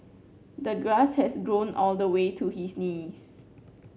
the grass has grown all the way to his knees